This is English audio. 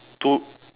two